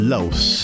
Los